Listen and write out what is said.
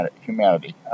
humanity